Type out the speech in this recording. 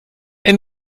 den